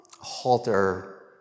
halter